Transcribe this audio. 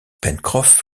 pencroff